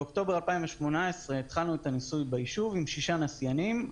באוקטובר 2018 התחלנו את הניסוי בישוב עם שישה נסיינים,